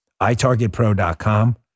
iTargetPro.com